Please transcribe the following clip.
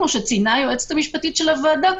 כפי שציינה היועצת המשפטית של הוועדה,